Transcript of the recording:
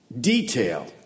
detail